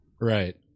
Right